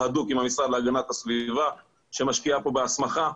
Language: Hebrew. הדוק עם המשרד להגנת הסביבה שמשקיע בהסמכה,